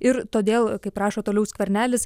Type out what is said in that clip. ir todėl kaip rašo toliau skvernelis